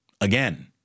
again